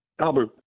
Albert